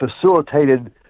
facilitated